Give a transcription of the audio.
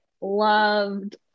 loved